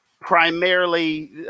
primarily